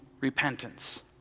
repentance